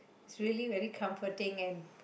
it's really really comforting and